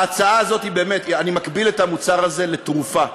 ההצעה הזאת, אני מקביל את המוצר הזה לתרופה.